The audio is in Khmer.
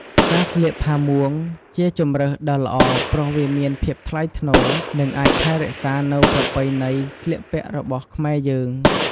ការស្លៀកផាមួង ជាជម្រើសដ៏ល្អព្រោះវាមានភាពថ្លៃថ្នូរ និងអាចថែរក្សានៅប្រពៃណីស្លៀកពាក់របស់ខ្មែរយើង។